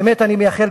באמת אני מייחל,